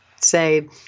say